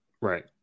Right